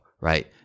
right